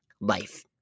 life